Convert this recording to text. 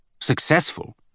Successful